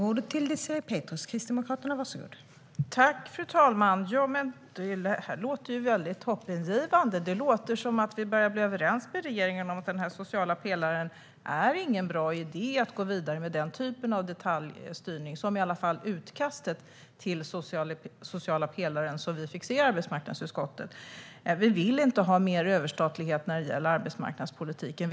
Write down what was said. Fru talman! Det låter hoppingivande. Det låter som att vi börjar bli överens med regeringen om den sociala pelaren. Det är ingen bra idé att gå vidare med den typ av detaljstyrning som i alla fall fanns i utkastet till sociala pelaren, som vi fick se i arbetsmarknadsutskottet. Vi vill inte ha mer överstatlighet när det gäller arbetsmarknadspolitiken.